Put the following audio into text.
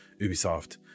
Ubisoft